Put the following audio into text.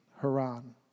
Haran